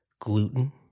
gluten